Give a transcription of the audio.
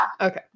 Okay